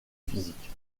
physique